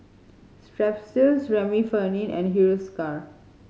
Strepsils Remifemin and Hiruscar